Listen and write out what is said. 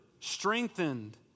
strengthened